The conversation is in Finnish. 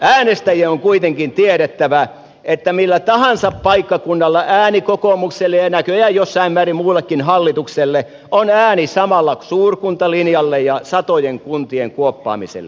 äänestäjien on kuitenkin tiedettävä että millä tahansa paikkakunnalla ääni kokoomukselle ja näköjään jossain määrin muullekin hallitukselle on samalla ääni suurkuntalinjalle ja satojen kuntien kuoppaamiselle